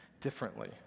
differently